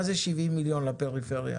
מה זה 70 מיליון לפריפריה?